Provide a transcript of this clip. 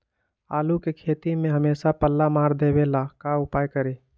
आलू के खेती में हमेसा पल्ला मार देवे ला का उपाय करी?